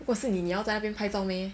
如果是你你要在那边拍照 meh